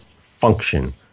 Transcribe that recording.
function